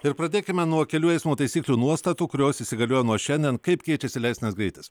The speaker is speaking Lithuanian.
ir pradėkime nuo kelių eismo taisyklių nuostatų kurios įsigalioja nuo šiandien kaip keičiasi leistinas greitis